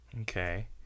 okay